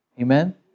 Amen